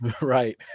Right